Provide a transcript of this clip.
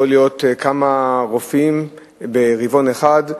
יכול להיות אצל כמה רופאים ברבעון אחד,